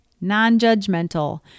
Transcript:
non-judgmental